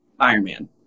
Ironman